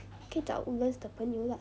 可以找 woodlands 的朋友 lah